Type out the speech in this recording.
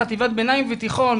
חטיבת ביניים ותיכון,